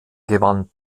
gewann